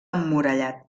emmurallat